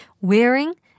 wearing